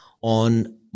on